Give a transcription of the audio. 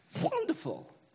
wonderful